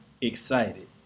excited